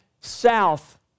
south